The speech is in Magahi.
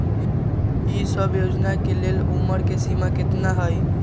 ई सब योजना के लेल उमर के सीमा केतना हई?